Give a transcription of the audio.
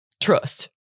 Trust